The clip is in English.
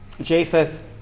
Japheth